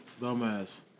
Dumbass